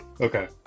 Okay